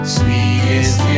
sweetest